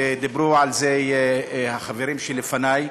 ודיברו על זה החברים שלפני?